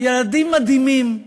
ילדים מדהימים,